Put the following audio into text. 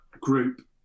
group